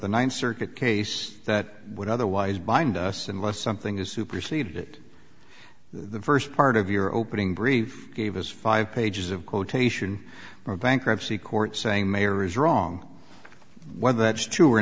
the ninth circuit case that would otherwise bind us unless something is superseded that the first part of your opening brief gave us five pages of quotation for a bankruptcy court saying mayor is wrong whether that's true or